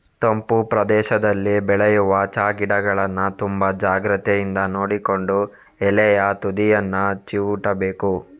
ತಂಪು ಪ್ರದೇಶದಲ್ಲಿ ಬೆಳೆಯುವ ಚಾ ಗಿಡಗಳನ್ನ ತುಂಬಾ ಜಾಗ್ರತೆಯಿಂದ ನೋಡಿಕೊಂಡು ಎಲೆಯ ತುದಿಯನ್ನ ಚಿವುಟ್ಬೇಕು